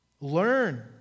learn